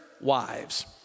wives